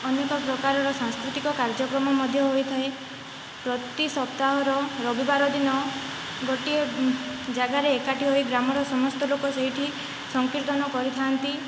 ଅନେକ ପ୍ରକାରର ସାଂସ୍କୃତିକ କାର୍ଯ୍ୟକ୍ରମ ମଧ୍ୟ ହୋଇଥାଏ ପ୍ରତି ସପ୍ତାହର ରବିବାର ଦିନ ଗୋଟିଏ ଜାଗାରେ ଏକାଠି ହୋଇ ଗ୍ରାମର ସମସ୍ତ ଲୋକ ସେଇଠି ସଂକୀର୍ତ୍ତନ କରିଥାନ୍ତି